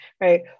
right